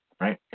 right